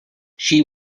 she